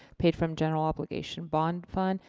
paid from general obligation bond fund.